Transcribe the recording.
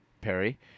Perry